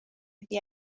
iddi